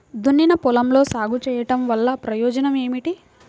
దున్నిన పొలంలో సాగు చేయడం వల్ల ప్రయోజనం ఏమిటి?